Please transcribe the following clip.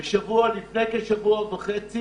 לפני כשבוע וחצי